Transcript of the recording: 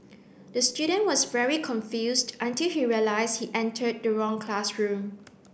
the student was very confused until he realised he entered the wrong classroom